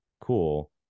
cool